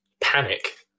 panic